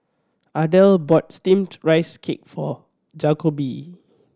Ardell bought Steamed Rice Cake for Jacoby